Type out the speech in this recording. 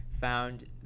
found